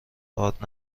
آرد